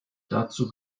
dazu